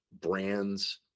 brands